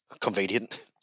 Convenient